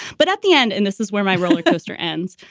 but at the end. and this is where my coaster ends.